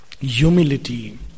humility